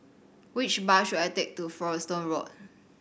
which bus should I take to Folkestone Road